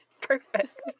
Perfect